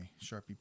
sharpie